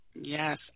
Yes